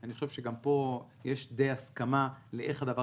אני חושב שגם פה יש די הסכמה לאיך הדבר